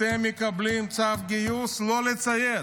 אתם מקבלים צו גיוס, לא לציית.